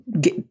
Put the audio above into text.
get